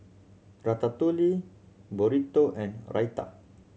Ratatouille Burrito and Raita